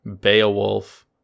Beowulf